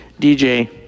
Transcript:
dj